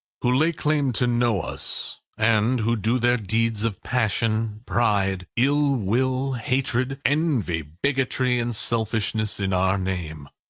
who lay claim to know us, and who do their deeds of passion, pride, ill-will, hatred, envy, bigotry, and selfishness in our name,